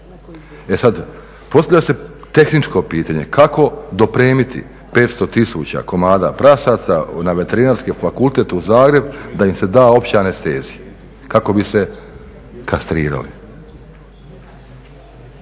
E sad, postavlja se tehničko pitanje kako dopremiti 500 tisuća komada prasaca na Veterinarski fakultet u Zagreb da im se da opća anestezija kako bi se kastrirali?